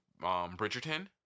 Bridgerton